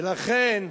לכן,